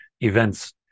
events